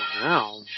Wow